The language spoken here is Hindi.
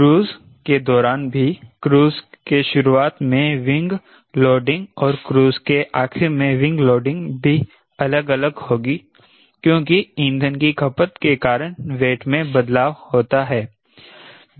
क्रूज़ के दौरान भी क्रूज़ के शुरुआत में विंग लोडिंग और क्रूज़ के आखिर में विंग लोडिंग भी अलग अलग होगी क्योंकि ईंधन की खपत के कारण वेट में बदलाव होता है